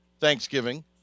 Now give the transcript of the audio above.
Thanksgiving